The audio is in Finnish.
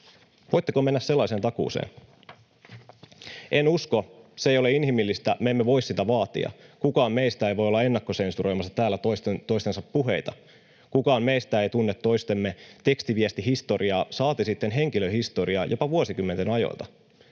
Voitteko mennä sellaisesta takuuseen? En usko, se ei ole inhimillistä. Me emme voi sitä vaatia. Kukaan meistä ei voi olla ennakkosensuroimassa täällä toisten puheita. Kukaan meistä ei tunne toisten tekstiviestihistoriaa, saati sitten henkilöhistoriaa, jopa vuosikymmenten ajoilta.